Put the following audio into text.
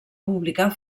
publicar